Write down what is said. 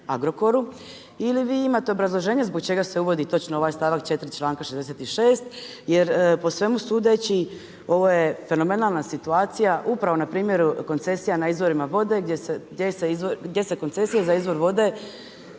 ili vi imate obrazloženje zbog čega se uvodi točno ovaj stavak 4. čl.66. jer po svemu sudeći ovo je fenomenalna situacija upravo na primjeru koncesija na izvorima vode, gdje se koncesija za izvor vode